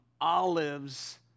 olives